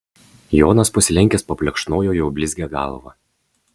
jonas pasilenkęs paplekšnojo jo blizgią galvą